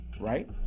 right